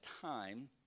time